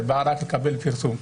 שבאה רק לקבל פרסום,